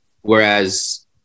whereas